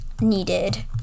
needed